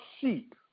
sheep